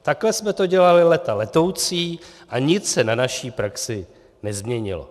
Takhle jsme to dělali léta letoucí a nic se na naší praxi nezměnilo.